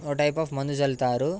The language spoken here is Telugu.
ఓ టైప్ ఆఫ్ మందు చల్లుతారు